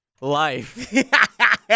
Life